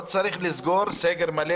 לא צריך לעשות סגר מלא,